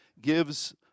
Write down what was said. gives